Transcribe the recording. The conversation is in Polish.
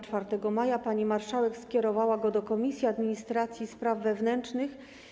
4 maja pani marszałek skierowała go do Komisji Administracji i Spraw Wewnętrznych.